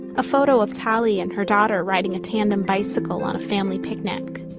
a photo of tali and her daughter riding a tandem bicycle on a family picnic.